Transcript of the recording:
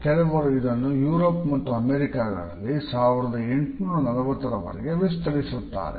ಕೆಲವರು ಇದನ್ನು ಯುರೋಪ್ ಮತ್ತು ಅಮೆರಿಕಗಳಲ್ಲಿ 1840 ರವರೆಗೆ ವಿಸ್ತರಿಸುತ್ತಾರೆ